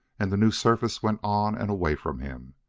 and the new surface went on and away from him.